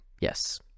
Yes